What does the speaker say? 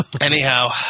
Anyhow